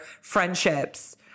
friendships